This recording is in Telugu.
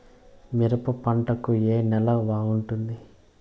మిరప పంట కు ఏ నేల బాగుంటుంది?